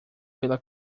pela